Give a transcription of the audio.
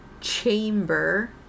chamber